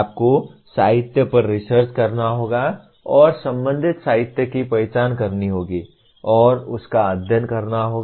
आपको साहित्य पर रिसर्च करना होगा और संबंधित साहित्य की पहचान करनी होगी और उसका अध्ययन करना होगा